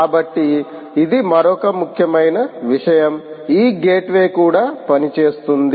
కాబట్టి ఇది మరొక ముఖ్యమైన విషయం ఈ గేట్వే కూడా పనిచేస్తుంది